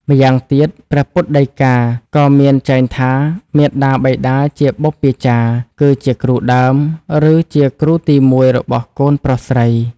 ម្យ៉ាងទៀត ព្រះពុទ្ធដីការក៏មានចែងថា មាតាបិតាជាបុព្វាចារ្យ គឺជាគ្រូដើម ឬជាគ្រូទី១របស់កូនប្រុសស្រី ។